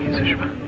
sushma